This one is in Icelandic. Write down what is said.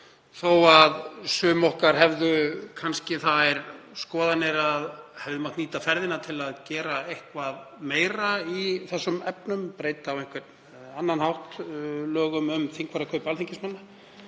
þó að sum okkar hefðu kannski þær skoðanir að nýta hefði mátt ferðina til að gera eitthvað meira í þeim efnum, breyta á einhvern annan hátt lögum um þingfararkaup alþingismanna.